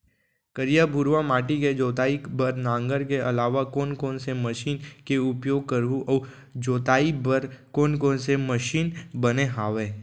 करिया, भुरवा माटी के जोताई बर नांगर के अलावा कोन कोन से मशीन के उपयोग करहुं अऊ जोताई बर कोन कोन से मशीन बने हावे?